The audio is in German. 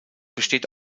besteht